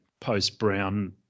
post-Brown